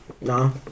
No